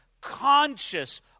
conscious